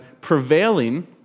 prevailing